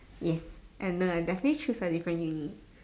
yes and no I definitely choose a different uni